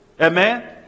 Amen